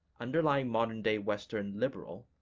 underlying modern-day western liberal,